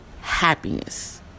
happiness